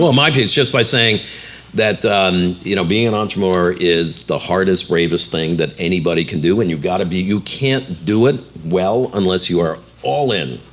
my view's just by saying that you know being an entrepreneur is the hardest, bravest thing that anybody can do and you've got to be. you can't do it well unless you are all in,